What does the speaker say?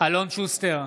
אלון שוסטר,